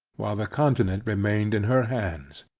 while the continent remained in her hands.